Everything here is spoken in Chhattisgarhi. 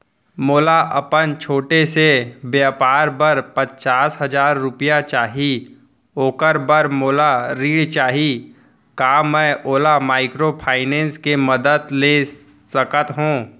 मोला अपन छोटे से व्यापार बर पचास हजार रुपिया चाही ओखर बर मोला ऋण चाही का मैं ओला माइक्रोफाइनेंस के मदद से ले सकत हो?